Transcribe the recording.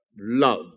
love